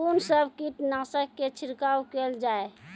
कून सब कीटनासक के छिड़काव केल जाय?